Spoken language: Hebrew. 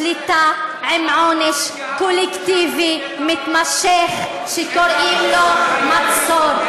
שליטה עם עונש קולקטיבי מתמשך, שקוראים לו מצור.